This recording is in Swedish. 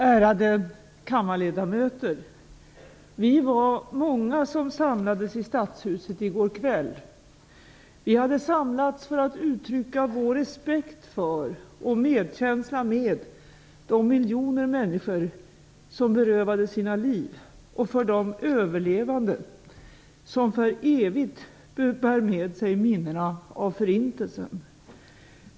Ärade kammarledamöter! Vi var många som samlades i Stadshuset i går kväll. Vi hade samlats för att uttrycka vår respekt för och medkänsla med de miljoner människor som berövades sina liv och för de överlevande som för evigt bär med sig minnena av Förintelsen.